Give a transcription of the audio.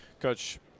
Coach